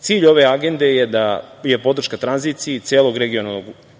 Cilj ove agende je da je podrška tranziciji celog regiona ubrzanim